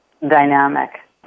dynamic